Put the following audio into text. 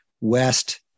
west